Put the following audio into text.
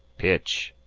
pitch!